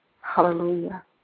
hallelujah